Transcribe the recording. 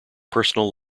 personal